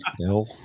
No